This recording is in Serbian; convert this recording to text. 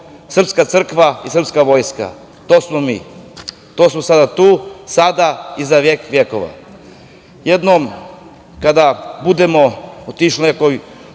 srpska crkva i srpska vojska, to smo mi. To smo sada, tu, sada i za vijek i vjekova. Jednom kada odemo u neku